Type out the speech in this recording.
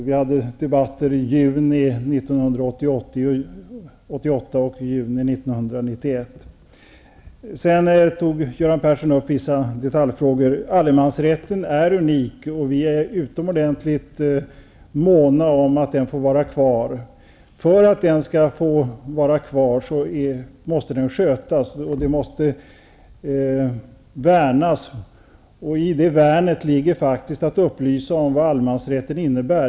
Vi hade nämligen debatter i juni 1988 Sedan tog Göran Persson upp vissa detaljfrågor. Allemansrätten är unik. Vi är utomordentligt måna om att denna får vara kvar. För att den skall få vara kvar måste den skötas, värnas. I det värnet ligger faktiskt också att det är nödvändigt att upplysa om vad allemansrätten innebär.